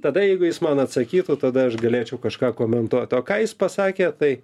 tada jeigu jis man atsakytų tada aš galėčiau kažką komentuot o ką jis pasakė tai